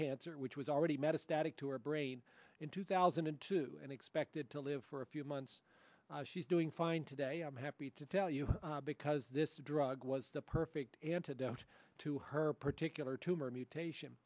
cancer which was already medicine added to her brain in two thousand and two and expected to live for a few months she's doing fine today i'm happy to tell you because this drug was the perfect antidote to her particular tumor mutation